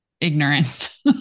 ignorance